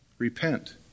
repent